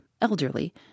elderly